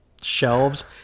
shelves